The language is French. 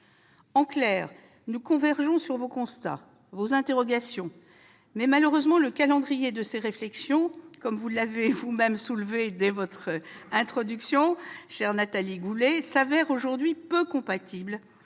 En clair, nous convergeons sur les constats, les interrogations, mais, malheureusement, le calendrier de ces réflexions, comme vous l'avez vous-même relevé, chère Nathalie Goulet, s'avère peu compatible